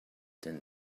than